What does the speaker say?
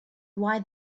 why